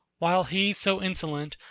while he so insolent,